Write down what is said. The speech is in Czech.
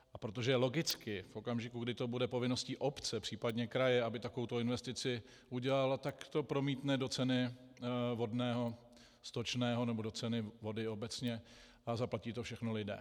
A protože logicky v okamžiku, kdy to bude povinností obce, případně kraje, aby takovou investici udělal, tak to promítne do ceny vodného, stočného nebo do ceny vody obecně a zaplatí to všechno lidé.